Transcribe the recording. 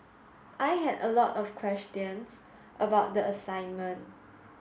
I had a lot of questions about the assignment